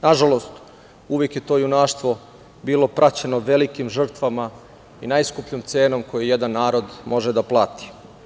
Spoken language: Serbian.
Nažalost, uvek je to junaštvo bilo praćeno velikim žrtvama i najskupljom cenom koju jedan narod može da plati.